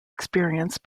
experience